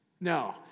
No